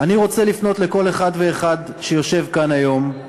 אני רוצה לפנות לכל אחד ואחד שיושב כאן היום.